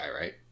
right